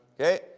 Okay